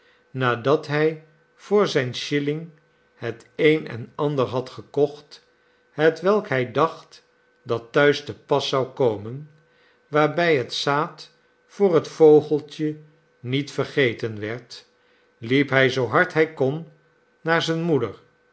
nadat hij voor zijn shilling het een en ander had gekocht hetwelk hij dacht dat thuis te pas zou komen waarbij het zaad voor het vogeltje niet vergeten werd liep hij zoo hard hij kon naar zijne moeder